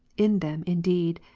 in them, indeed,